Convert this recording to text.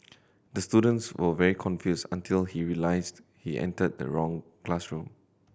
the students were very confused until he realised he entered the wrong classroom